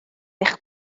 eich